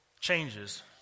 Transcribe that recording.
changes